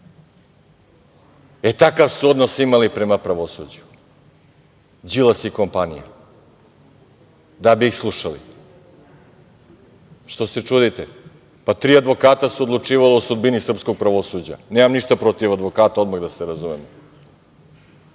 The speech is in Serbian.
suda. Takav su odnos imali prema pravosuđu Đilas i kompanija da bih ih slušali. Što se čudite? Tri advokata su odlučivala o sudbini srpskog pravosuđa. Nemam ništa protiv advokata odmah da se razumemo.